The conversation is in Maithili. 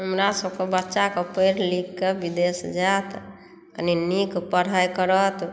हमरा सभक बच्चा सभ पढ़ि लिखकऽ विदेश जायत कनि नीक पढ़ाई करत